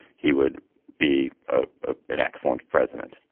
he would be ah ah an excellent president.